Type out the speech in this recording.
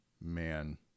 man